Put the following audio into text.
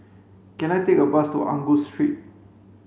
can I take a bus to Angus Street